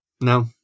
No